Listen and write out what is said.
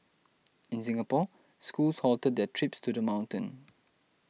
in Singapore schools halted their trips to the mountain